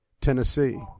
Tennessee